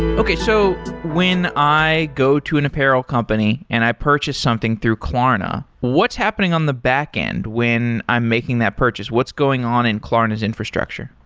okay. so when i go to an apparel company and i purchase something through klarna, what's happening on the backend when i'm making that purchase? what's going on in klarna's infrastructure?